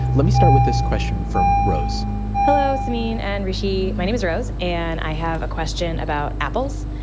let me start with this question from rose hello, samin and hrishi. my name is rose and i have a question about apples.